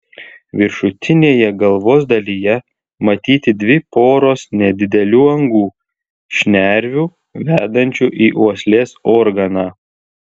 viršutinėje galvos dalyje matyti dvi poros nedidelių angų šnervių vedančių į uoslės organą